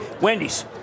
Wendy's